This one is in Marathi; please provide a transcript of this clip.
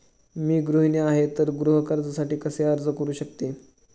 मी गृहिणी आहे तर गृह कर्जासाठी कसे अर्ज करू शकते?